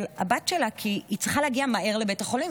הבת שלה כי היא צריכה להגיע מהר לבית החולים,